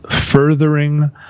furthering